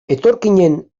etorkinen